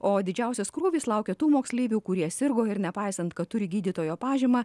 o didžiausias krūvis laukia tų moksleivių kurie sirgo ir nepaisant kad turi gydytojo pažymą